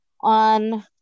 on